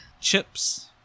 Chips